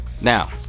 Now